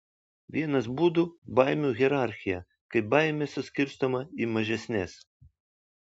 vienas būdų baimių hierarchija kai baimė suskirstoma į mažesnes